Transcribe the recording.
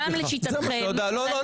טוב, טור פז, בסדר.